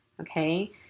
Okay